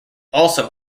also